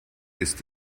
ist